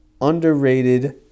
underrated